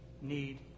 need